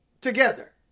together